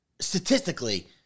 statistically